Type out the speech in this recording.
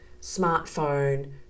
smartphone